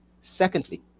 secondly